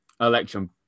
election